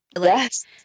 Yes